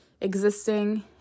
existing